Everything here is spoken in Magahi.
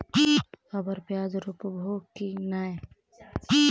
अबर प्याज रोप्बो की नय?